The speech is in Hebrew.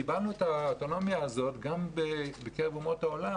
קיבלנו את האוטונומיה הזאת גם בקרב אומות העולם.